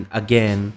again